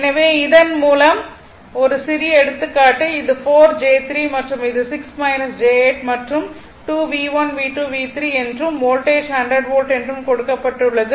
எனவே இதன் மூலம் ஒரு சிறிய எடுத்துக்காட்டு இது 4 j 3 என்றும் இது 6 j 8 மற்றும் 2 V1 V2 V3 என்றும் வோல்டேஜ் 100 வோல்ட் என்று கொடுக்கப்பட்டுள்ளது